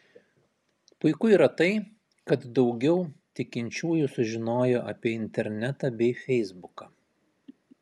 puiku yra tai kad daugiau tikinčiųjų sužinojo apie internetą bei feisbuką